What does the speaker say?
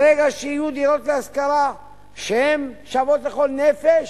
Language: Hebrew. ברגע שיהיו דירות להשכרה שהן שוות לכל נפש,